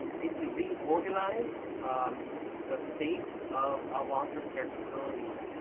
basically reorganize um the space of of long-term care facilities